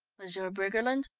m'sieur briggerland,